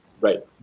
Right